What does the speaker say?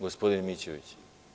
Gospodin Mićević.